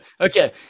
okay